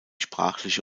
sprachliche